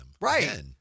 Right